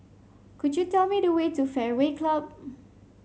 could you tell me the way to Fairway Club